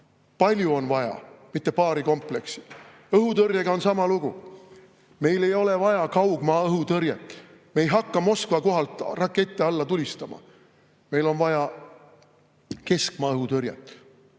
Palju on vaja, mitte paari komplekti. Õhutõrjega on sama lugu. Meil ei ole vaja kaugmaa õhutõrjet, me ei hakka Moskva kohalt rakette alla tulistama. Meil on vaja keskmaa õhutõrjet.